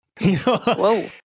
Whoa